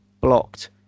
blocked